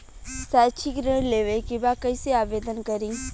शैक्षिक ऋण लेवे के बा कईसे आवेदन करी?